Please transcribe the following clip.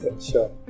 Sure